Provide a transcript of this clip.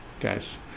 guys